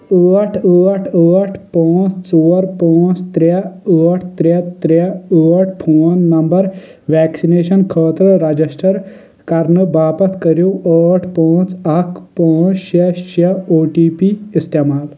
ٲٹھ ٲٹھ ٲٹھ پانٛژھ ژور پانٛژھ ترٛےٚ ٲٹھ ترٛےٚ ترٛےٚ ٲٹھ فون نمبر ویکسِنیشن خٲطرٕ رجسٹر کرنہٕ باپتھ کٔرِو ٲٹھ پانٛژھ اکھ پانٛژھ شیٚے شیٚے او ٹی پی استعمال